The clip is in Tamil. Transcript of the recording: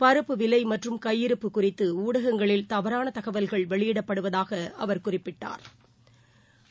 பருப்பு விலைமற்றும் கையிருப்பு குறித்துணடகங்களில் தவறானதகவல்கள் வெளியிடப்படுவதாகஅவர் குறிப்பிட்டா்